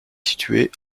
située